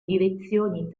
direzioni